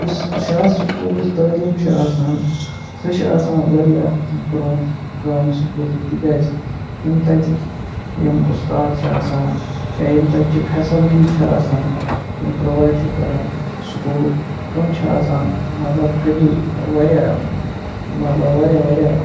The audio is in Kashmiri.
یُس شَہَر سُکوٗلٕچ تعلیٖم چھِ آسان سُہ چھِ آسان واریاہ برونٛہہ گامہٕ سکولٕکۍ تکیازِ یِم تَتِکۍ یِم اُستاد چھِ آسان یا یِم تَتہِ چہِ فیسَلٹی چھِ آسان یِم پراوَیِڈ چھِ کَران سکول تِم چھِ آسان مطلب کہیں واریاہ مَطلَب واریاہ واریاہ